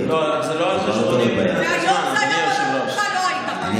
והיום הייתה ועדת חוקה ולא היית בה.